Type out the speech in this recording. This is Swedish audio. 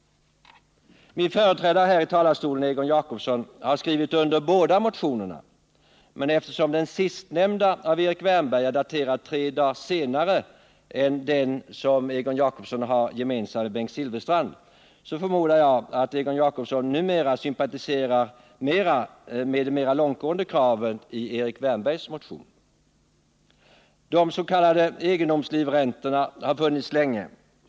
Min företrädare här i talarstolen Egon Jacobsson har skrivit under båda motionerna, men eftersom den sistnämnda av Erik Wärnberg är daterad tre dagar senare än den som Egon Jacobsson har gemensamt med Bengt Silfverstrand, förmodar jag att Egon Jacobsson numera sympatiserar mera med de mera långtgående kraven i Erik Wärnbergs motion. egendomslivräntorna har funnits länge.